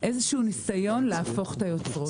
איזה שהוא ניסיון להפוך את היוצרות,